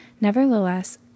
Nevertheless